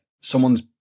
Someone's